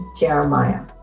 Jeremiah